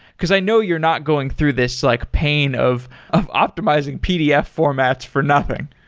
because i know you're not going through this like pain of of optimizing pdf formats for nothing.